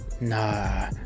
nah